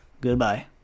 Goodbye